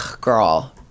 girl